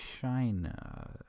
China